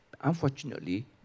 unfortunately